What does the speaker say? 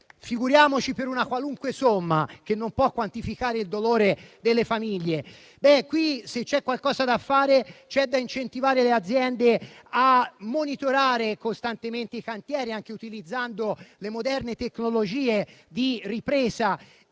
figuriamoci per una qualunque somma, che non può quantificare il dolore delle famiglie. Se qui c'è qualcosa da fare, è incentivare le aziende a monitorare costantemente i cantieri, anche utilizzando le moderne tecnologie di ripresa